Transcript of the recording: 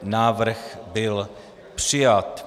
Návrh byl přijat.